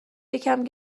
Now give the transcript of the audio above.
یکم